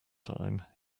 time